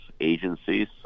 agencies